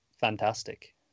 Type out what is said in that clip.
fantastic